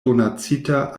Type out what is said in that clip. donacita